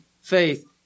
faith